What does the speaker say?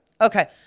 Okay